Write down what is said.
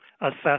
assess